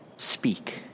Speak